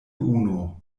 unu